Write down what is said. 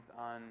on